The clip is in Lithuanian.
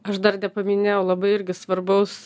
aš dar nepaminėjau labai irgi svarbaus